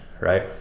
right